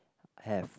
have